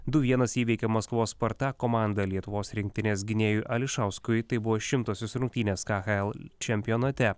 du vienas įveikė maskvos spartak komandą lietuvos rinktinės gynėjui ališauskui tai buvo šimtosios rungtynės khl čempionate